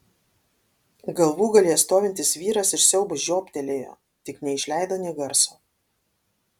galvūgalyje stovintis vyras iš siaubo žiobtelėjo tik neišleido nė garso